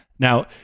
Now